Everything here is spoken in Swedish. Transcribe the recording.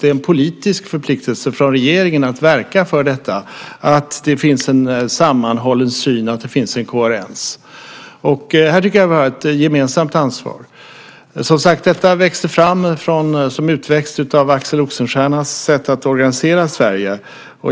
Det är en politisk förpliktelse från regeringen att verka för att det finns en sammanhållen syn och en koherens. Här tycker jag att vi har ett gemensamt ansvar. Som sagt: Detta växte fram som en utväxt från Axel Oxenstiernas sätt att organisera Sverige.